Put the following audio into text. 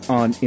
on